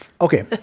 okay